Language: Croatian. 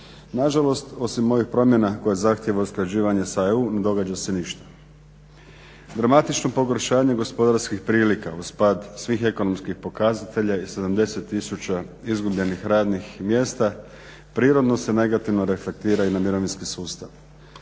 nažalost osim ovih promjena koje zahtijeva usklađivanje sa EU ne događa se ništa. Dramatično pogoršanje gospodarskih prilika uz pad svih ekonomskih pokazatelja i 70 tisuća izgubljenih radnih mjesta prirodno se negativno reflektira i na mirovinski sustav.